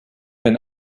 been